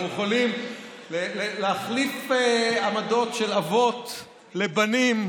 אנחנו יכולים להחליף עמדות של אבות לבנים.